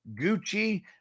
Gucci